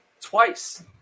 Twice